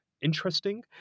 interesting